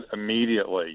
immediately